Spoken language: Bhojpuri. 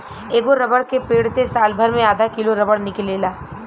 एगो रबर के पेड़ से सालभर मे आधा किलो रबर निकलेला